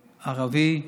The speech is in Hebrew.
ערבי.